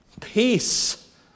Peace